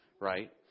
right